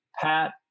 Pat